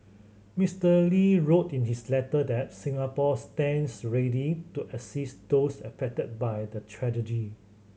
Mister Lee wrote in his letter that Singapore stands ready to assist those affected by the tragedy